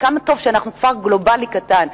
וכמה טוב שאנחנו כפר גלובלי קטן.